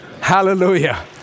Hallelujah